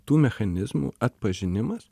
tų mechanizmų atpažinimas